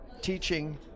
teaching